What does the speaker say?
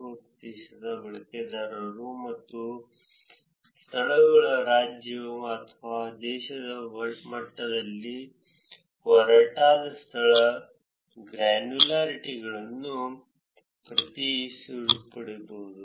4 ಪ್ರತಿಶತ ಬಳಕೆದಾರರು ಮತ್ತು ಸ್ಥಳಗಳು ರಾಜ್ಯ ಅಥವಾ ದೇಶದ ಮಟ್ಟದಲ್ಲಿ ಒರಟಾದ ಸ್ಥಳ ಗ್ರ್ಯಾನ್ಯುಲಾರಿಟಿಗಳನ್ನು ಪ್ರಸ್ತುತಪಡಿಸುತ್ತವೆ